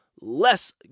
less